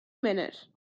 minute